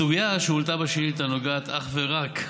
הסוגיה שהועלתה בשאילתה נוגעת אך ורק,